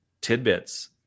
tidbits